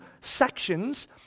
sections